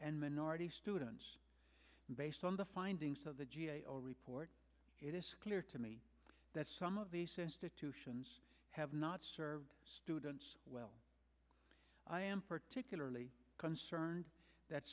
and minority students based on the findings of the g a o report it is clear to me that some of these institutions have not served students well i am particularly concerned that